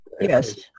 Yes